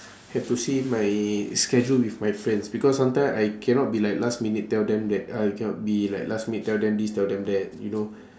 have to see my schedule with my friends because sometime I cannot be like last minute tell them that I cannot be like last minute tell them this tell them that you know